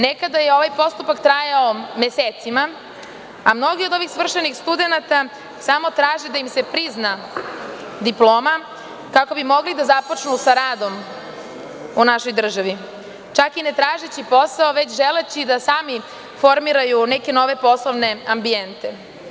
Nekada je ovaj postupak trajao mesecima, a mnogi od ovih svršenih studenata samo traže da im se prizna diploma kako bi mogli da započnu sa radom u našoj državi, čak i ne tražeći posao već želeći da sami formiraju neke nove poslovne ambijente.